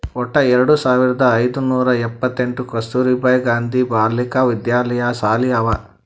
ವಟ್ಟ ಎರಡು ಸಾವಿರದ ಐಯ್ದ ನೂರಾ ಎಪ್ಪತ್ತೆಂಟ್ ಕಸ್ತೂರ್ಬಾ ಗಾಂಧಿ ಬಾಲಿಕಾ ವಿದ್ಯಾಲಯ ಸಾಲಿ ಅವಾ